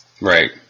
Right